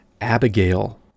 abigail